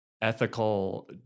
ethical